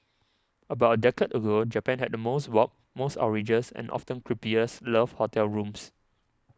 about a decade ago Japan had the most warped most outrageous and often creepiest love hotel rooms